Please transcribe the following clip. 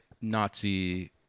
Nazi